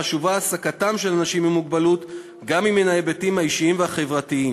חשובה העסקתם של אנשים עם מוגבלות גם מן ההיבטים האישיים והחברתיים,